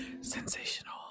Sensational